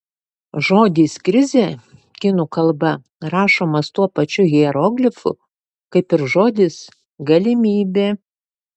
žodis krizė kinų kalba rašomas tuo pačiu hieroglifu kaip ir žodis galimybė